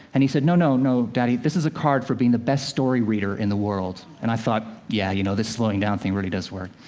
and he said, no, no, daddy this is a card for being the best story reader in the world. and i thought, yeah, you know, this slowing down thing really does work.